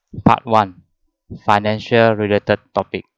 part one financial related topic